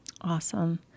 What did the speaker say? Awesome